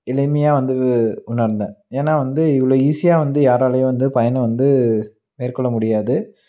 எளிமையாஹக வந்து உணர்ந்தேன் ஏன்னால் வந்து இவ்வளோ ஈஸியாக வந்து யாராலேயும் வந்து பயணம் வந்து மேற்கொள்ள முடியாது